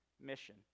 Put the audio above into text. mission